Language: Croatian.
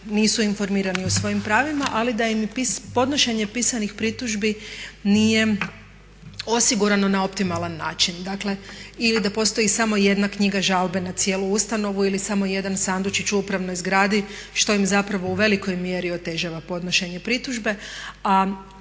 nisu informirani o svojim pravima ali da im podnošenje pisanih pritužbi nije osigurano na optimalan način. Dakle, ili da postoji samo jedna knjiga žalbe na cijelu ustanovu ili samo jedan sandučić u upravnoj zgradi što im zapravo u velikoj mjeri otežava podnošenje pritužbe